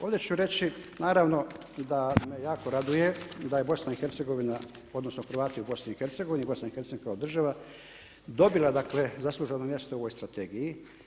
Ovdje ću reći naravno da me jako raduje da je BiH odnosno Hrvati u BiH, BiH kao država dobila dakle zasluženo mjesto u ovoj strategiji.